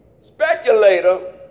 speculator